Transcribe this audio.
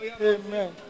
Amen